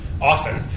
often